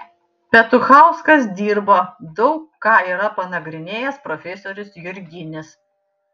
petuchauskas dirbo daug ką yra panagrinėjęs profesorius jurginis